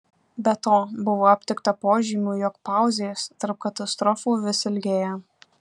be to buvo aptikta požymių jog pauzės tarp katastrofų vis ilgėja